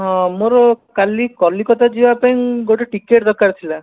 ହଁ ମୋର କାଲି କଲିକତା ଯିବାପାଇଁ ଗୋଟେ ଟିକେଟ୍ ଦରକାର ଥିଲା